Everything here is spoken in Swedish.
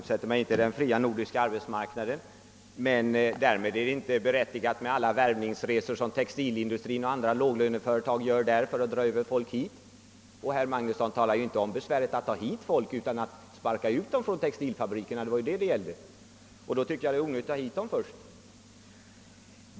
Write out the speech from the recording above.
Herr talman! Jag motsätter mig inte den fria nordiska arbetsmarknaden. Men det är inte berättigat med alla värvningsresor som textilindustrin och andra låglöneföretag gör för att ta hit folk. Herr Magnusson nämnde inget om besväret att ta hit folk, men bara om att sparka ut dem från textilfabrikerna— det var ju det som bekymren gällde. Då tycker jag att det är onödigt att ta hit dem.